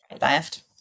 left